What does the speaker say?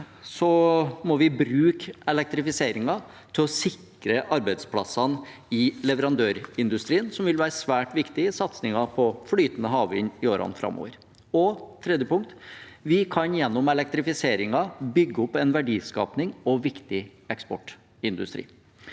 må vi bruke elektrifiseringen til å sikre arbeidsplassene i leverandørindustrien, som vil være svært viktig i satsingen på flytende havvind i årene framover. Tredje punkt er at vi gjennom elektrifiseringen kan bygge opp verdiskaping og en viktig eksportindustri.